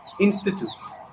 institutes